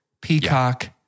Peacock